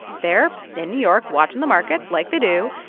they're in new york watching the markets like they do.